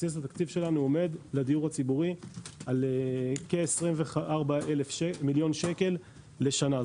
בסיס התקציב לדיור הציבורי עומד על כ-24 מיליון שקל לשנה.